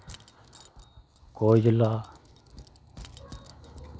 कोयला